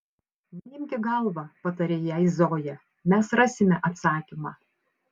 neimk į galvą patarė jai zoja mes rasime atsakymą